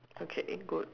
okay good